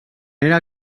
era